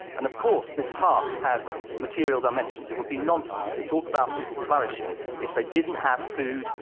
and of course, this task has material dimensions. it would be nonsense to talk about people flourishing if they didn't have food,